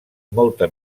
molta